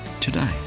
today